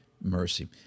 mercy